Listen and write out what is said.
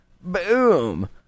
boom